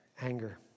Anger